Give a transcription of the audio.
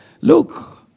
Look